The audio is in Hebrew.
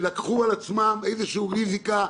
שלקחו על עצמם איזושהי ריזיקה,